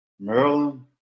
Maryland